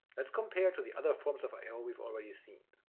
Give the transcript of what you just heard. let's compare to the other forms of i o we've already seen.